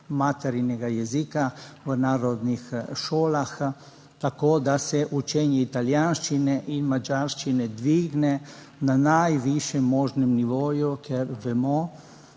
materinega jezika v narodnih šolah, tako da se učenje italijanščine in madžarščine dvigne na najvišjem možnem nivoju, ker vemo,